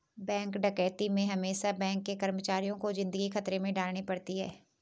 bank डकैती में हमेसा बैंक के कर्मचारियों को जिंदगी खतरे में डालनी पड़ती है